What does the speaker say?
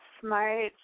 smart